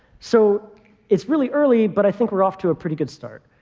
so it's really early, but i think we're off to a pretty good start.